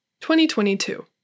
2022